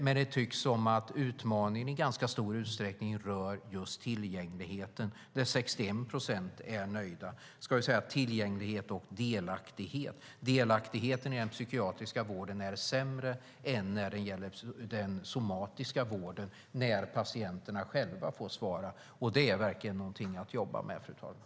Men det tycks som att utmaningen i ganska stor utsträckning just rör tillgänglighet och delaktighet, där 61 procent är nöjda. Delaktigheten i den psykiatriska vården är sämre än inom den somatiska vården, enligt vad patienterna själva säger. Det är verkligen någonting att jobba med, fru talman.